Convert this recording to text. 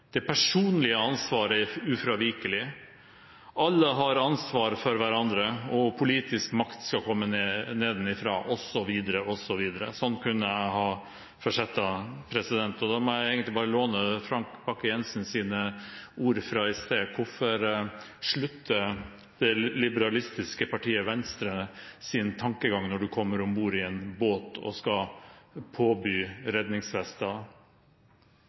det personlige ansvaret er ufravikelig, alle har ansvar for hverandre, politisk makt skal komme nedenfra – og slik kunne jeg ha fortsatt. Da må jeg egentlig bare låne Frank Bakke-Jensens ord fra i sted: Hvorfor slutter det liberalistiske partiet Venstre sin tankegang når man kommer om bord i en båt, og skal påby